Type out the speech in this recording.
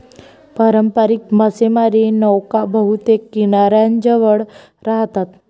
पारंपारिक मासेमारी नौका बहुतेक किनाऱ्याजवळ राहतात